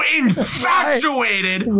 infatuated